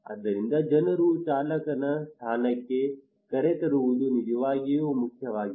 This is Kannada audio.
ಆದ್ದರಿಂದ ಜನರನ್ನು ಚಾಲಕನ ಸ್ಥಾನಕ್ಕೆ ಕರೆತರುವುದು ನಿಜವಾಗಿಯೂ ಮುಖ್ಯವಾಗಿದೆ